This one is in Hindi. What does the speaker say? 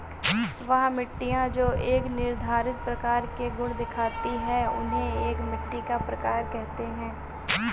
वह मिट्टियाँ जो एक निर्धारित प्रकार के गुण दिखाती है उन्हें एक मिट्टी का प्रकार कहते हैं